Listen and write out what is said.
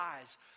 eyes